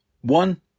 one